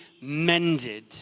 mended